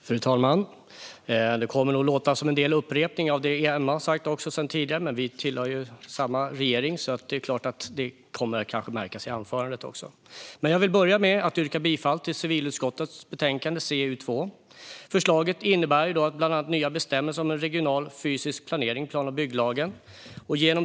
Fru talman! Detta kommer nog delvis att låta som en upprepning av det Emma sa. Vi tillhör dock samma regering, och det kan såklart komma att märkas i anförandet. Jag vill börja med att yrka bifall till förslaget i civilutskottets betänkande CU2. Förslaget innebär bland annat nya bestämmelser om regional fysisk planering i plan och bygglagen.